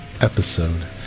episode